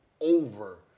over